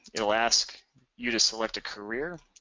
it will ask you to select career.